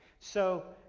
so,